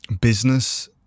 Business